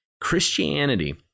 Christianity